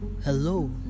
Hello